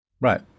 Right